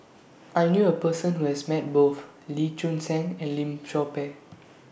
I knew A Person Who has Met Both Lee Choon Seng and Lim Chor Pee